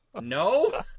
No